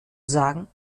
sagen